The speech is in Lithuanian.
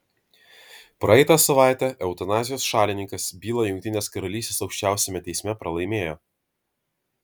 praeitą savaitę eutanazijos šalininkas bylą jungtinės karalystės aukščiausiame teisme pralaimėjo